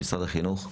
משרד החינוך.